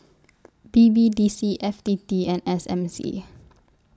B B D C F T T and S M C